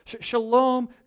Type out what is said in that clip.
Shalom